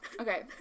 Okay